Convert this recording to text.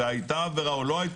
האם היתה עבירה או לא,